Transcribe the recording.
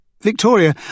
Victoria